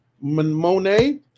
Monet